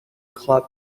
club